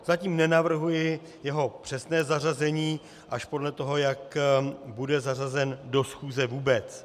Zatím nenavrhuji jeho přesné zařazení, až podle toho, jak bude zařazen do schůze vůbec.